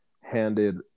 handed